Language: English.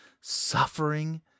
suffering